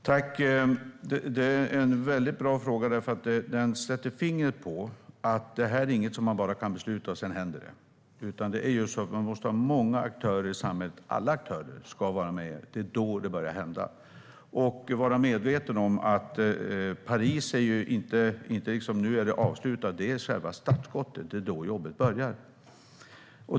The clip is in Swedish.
Herr talman! Det är en väldigt bra fråga, för den sätter fingret på att detta inte är något som man bara kan besluta och så händer det, utan det är ju så att man måste ha många aktörer i samhället. Alla aktörer ska vara med; det är då det börjar hända. Vi ska också vara medvetna om att Paris inte är någon avslutning, utan det är själva startskottet. Det är då jobbet börjar.